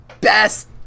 Best